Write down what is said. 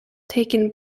taken